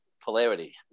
polarity